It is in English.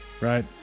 right